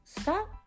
stop